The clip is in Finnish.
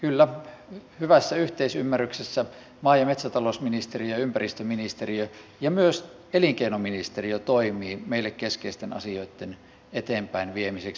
kyllä hyvässä yhteisymmärryksessä maa ja metsätalousministeriö ja ympäristöministeriö ja myös elinkeinoministeriö toimivat meille keskeisten asioitten eteenpäinviemiseksi